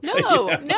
no